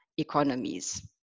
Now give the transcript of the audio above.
economies